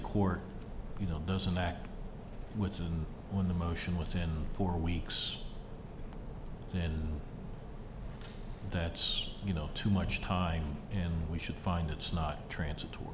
court you know doesn't act which is when the motion within four weeks and that's you know too much time and we should find it's not transitory